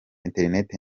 internet